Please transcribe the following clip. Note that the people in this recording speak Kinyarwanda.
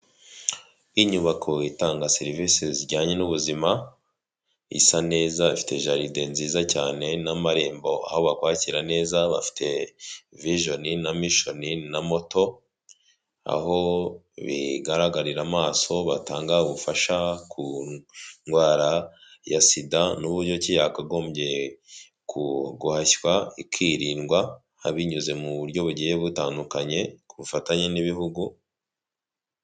Inyubako itanga serivisi zijyanye n'ubu ubuzima, isa neza ifitegelid nziza cyane n'amarembo aho bakwakira neza, bafite vijoni na mishoni na moto, aho bigaragarira amaso batanga ubufasha ku ndwara ya sida, n'uburyo ki yakagombye guhashywa ikirindwa, binyuze mu buryo bugiye butandukanye ku bufatanye n'ibihugu.